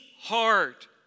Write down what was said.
heart